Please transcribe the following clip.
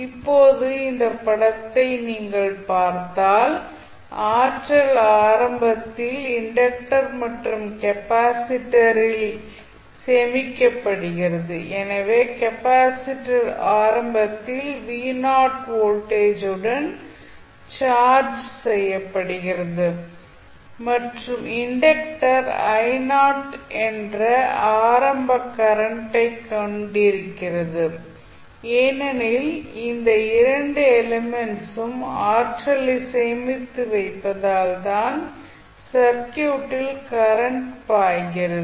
இப்போது இந்த படத்தை நீங்கள் பார்த்தால் ஆற்றல் ஆரம்பத்தில் இண்டக்டர் மற்றும் கெப்பாசிட்டரில் சேமிக்கப்படுகிறது எனவே கெப்பாசிட்டர் ஆரம்பத்தில் வோல்டேஜுடன் சார்ஜ் செய்யப்படுகிறது மற்றும் இண்டக்டர் என்ற ஆரம்ப கரண்ட் ஐக் கொண்டிருக்கிறது ஏனெனில் இந்த இரண்டு எலிமெண்ட்ஸும் ஆற்றலை சேமித்து வைப்பதால் தான் சர்க்யூட்டில் கரண்ட் பாய்கிறது